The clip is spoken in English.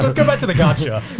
so back to the gacha.